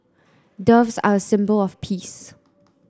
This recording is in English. doves are a symbol of peace